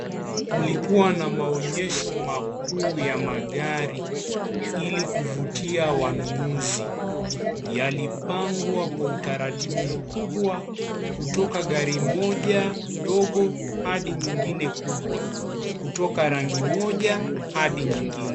Kulikuwa na maonyesho makuu ya magari ilikuvutia wanunuzi yalipangwa kwa utaratibu mkubwa kutoka gari moja ndogo hadi nyingine kubwa kutoka rangi moja hadi nyingine.